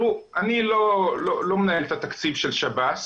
אני לא מנהל את התקציב של שב"ס,